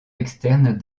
externes